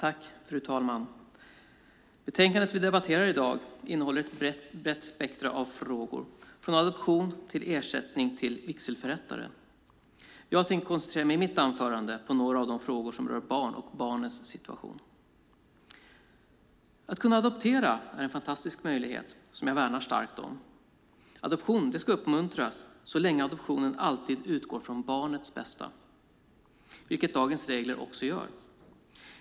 Fru talman! Betänkandet vi debatterar i dag innehåller ett brett spektrum av frågor - från adoption till ersättning till vigselförrättare. Jag tänker i mitt anförande koncentrera mig på några av de frågor som rör barn och barnens situation. Att adoptera är en fantastisk möjlighet som jag värnar starkt om. Adoption ska uppmuntras så länge adoptionen alltid utgår från barnets bästa, vilket dagens regler också gör.